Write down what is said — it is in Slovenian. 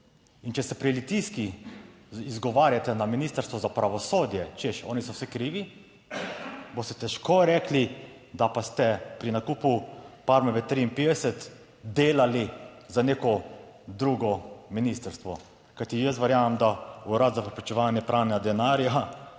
In če se pri litijski izgovarjate na Ministrstvu za pravosodje, češ oni so vsi krivi, boste težko rekli, da pa ste pri nakupu Parmove 53 delali za neko drugo ministrstvo. Kajti jaz verjamem, da Urad za preprečevanje pranja denarja